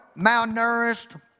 malnourished